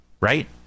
right